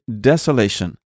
desolation